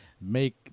make